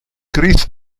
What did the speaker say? chris